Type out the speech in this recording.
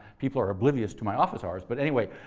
people are oblivious to my office hours. but, anyway,